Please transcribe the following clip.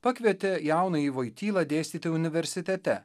pakvietė jaunąjį voitylą dėstyti universitete